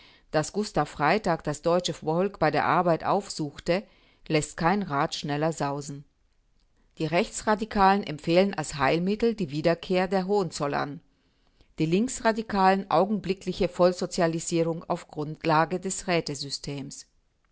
daß gustav freytag das deutsche volk bei der arbeit aufsuchte läßt kein rad schneller sausen die rechtsradikalen empfehlen als heilmittel die wiederkehr der hohenzollern die linksradikalen augenblickliche vollsozialisierung auf grundlage des